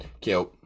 Cute